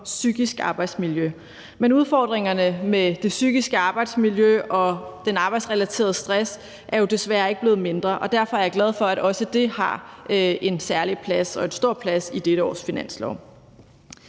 psykisk arbejdsmiljø. Men udfordringerne med det psykiske arbejdsmiljø og den arbejdsrelaterede stress er jo desværre ikke blevet mindre. Derfor er jeg glad for, at også det har en særlig plads – og en stor plads – i dette års finanslov.